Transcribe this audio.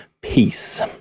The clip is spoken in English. peace